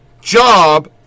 job